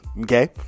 Okay